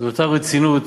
ואותה רצינות